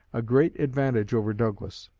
a great advantage over douglas.